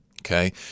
okay